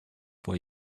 for